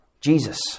Jesus